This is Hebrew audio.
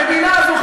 המדינה הזו,